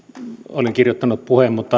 olin kirjoittanut puheen mutta